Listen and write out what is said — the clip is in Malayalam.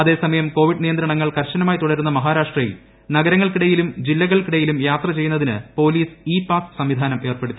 അതേസമയം കോവിഡ് നിയന്ത്രണങ്ങൾ കർശനമായി തുടരുന്ന മഹാരാഷ്ട്രയിൽ നഗരങ്ങൾക്കിടയിലും ജില്ലകൾക്കിടയിലും യാത്ര ചെയ്യുന്നതിന് പൊലീസ് ഇ പാസ്സ് സംവിധാനം ഏർപ്പെടുത്തി